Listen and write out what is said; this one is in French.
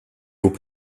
hauts